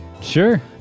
Sure